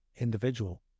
individual